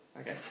Okay